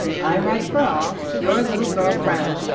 i write for all. your little girl friend,